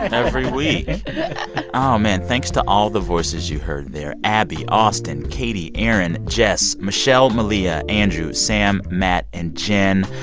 every week oh, man. thanks to all the voices you heard there abby, austin, katie, erin, jess, michelle, malia, andrew, sam, matt and jen.